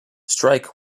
strike